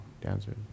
dancer